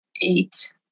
Eight